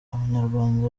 abanyarwanda